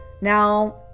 Now